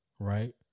Right